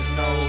no